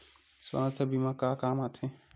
सुवास्थ बीमा का काम आ थे?